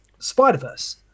Spider-Verse